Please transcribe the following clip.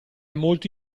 molto